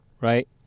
right